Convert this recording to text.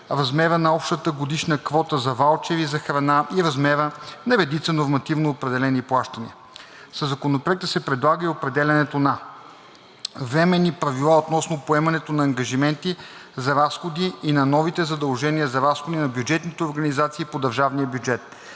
размерът на общата годишна квота за ваучери за храна и размерът на редица нормативно определени плащания. Със Законопроекта се предлага и определянето на: - временни правила относно поемането на ангажименти за разходи и на новите задължения за разходи на бюджетните организации по държавния бюджет;